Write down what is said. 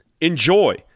enjoy